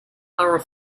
are